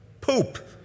Poop